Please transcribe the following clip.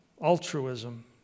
altruism